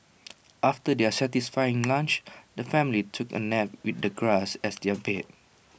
after their satisfying lunch the family took A nap with the grass as their bed